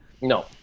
no